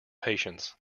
patients